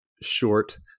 short